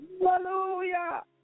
hallelujah